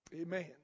Amen